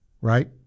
right